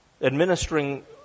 administering